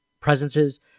presences